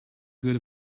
good